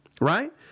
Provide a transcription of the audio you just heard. right